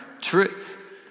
truth